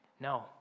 No